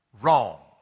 Wrong